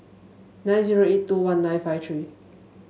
nine zero eight two one nine five three